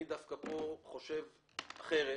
אני דווקא פה חושב אחרת.